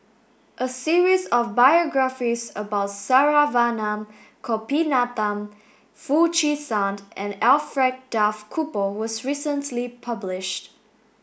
a series of biographies about Saravanan Gopinathan Foo Chee San and Alfred Duff Cooper was recently published